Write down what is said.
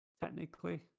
Technically